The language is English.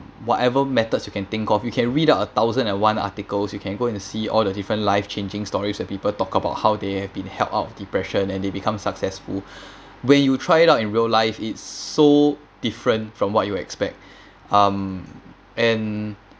whatever methods you can think of you can read out a thousand at one articles you can go and see all the different life changing stories that people talk about how they have been held out of depression and they become successful when you try it out in real life it's so different from what you expect um and